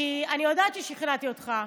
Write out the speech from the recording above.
כי אני יודעת ששכנעתי אותך,